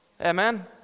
Amen